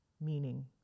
meaning